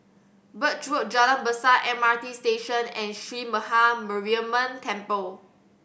Birch Road Jalan Besar M R T Station and Sree Maha Mariamman Temple